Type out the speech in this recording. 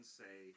say